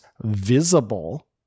visible